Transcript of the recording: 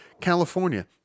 California